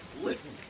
Listen